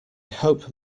hope